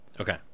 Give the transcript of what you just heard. Okay